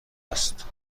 است